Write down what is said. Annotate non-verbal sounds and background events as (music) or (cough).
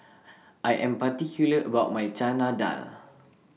(noise) I Am particular about My Chana Dal